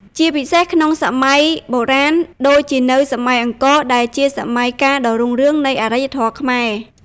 ជាពិសេសក្នុងសម័យបុរាណដូចជានៅ សម័យអង្គរ ដែលជាសម័យកាលដ៏រុងរឿងនៃអរិយធម៌ខ្មែរ។